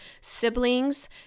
siblings